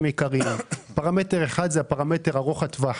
עיקריים: פרמטר אחד זה הפרמטר ארוך הטווח.